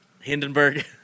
Hindenburg